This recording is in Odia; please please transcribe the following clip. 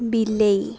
ବିଲେଇ